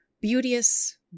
beauteous